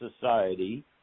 Society